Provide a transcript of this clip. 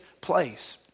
place